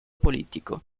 politico